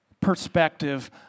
perspective